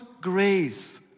grace